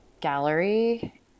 gallery